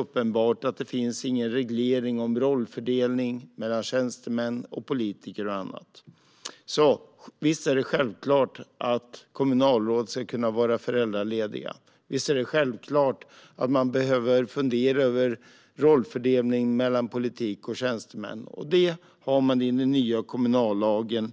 uppenbart att det inte finns någon reglering i lagstiftningen av rollfördelningen mellan tjänstemän och politiker. Visst är det självklart att kommunalråd ska kunna vara föräldralediga. Visst är det självklart att man behöver fundera över rollfördelningen mellan politiker och tjänstemän, och det har man reglerat i den nya kommunallagen.